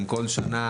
בכל שנה,